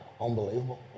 unbelievable